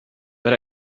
but